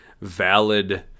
valid